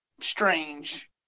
strange